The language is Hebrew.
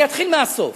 אני אתחיל מהסוף: